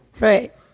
right